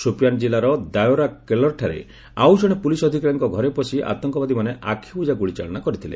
ସୋପିଆନ୍ ଜିଲ୍ଲାର ଦାୟରୋ କେଲର୍ଠାରେ ଆଉଜଣେ ପୁଲିସ୍ ଅଧିକାରୀଙ୍କ ଘରେ ପଶି ଆତଙ୍କବାଦୀମାନେ ଆଖିବୁଜା ଗୁଳି ଚାଳନା କରିଥିଲେ